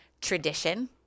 tradition